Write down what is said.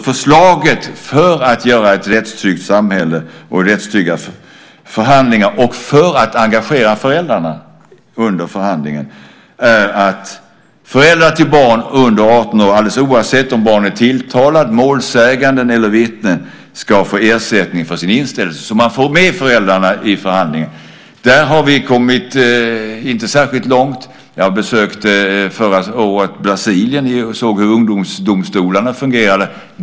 Förslaget för att få ett rättstryggt samhälle och rättstrygga förhandlingar och för att engagera föräldrarna under förhandlingen är alltså att föräldrar till barn under 18 år, alldeles oavsett om barnen är tilltalade, målsägande eller vittnen, ska få ersättning för sin inställelse så att man får med föräldrarna i förhandlingen. Här har vi inte kommit särskilt långt. Jag besökte förra året Brasilien och såg hur ungdomsdomstolarna fungerade.